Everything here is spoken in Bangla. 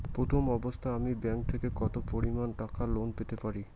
প্রথম অবস্থায় আমি ব্যাংক থেকে কত পরিমান টাকা লোন পেতে পারি?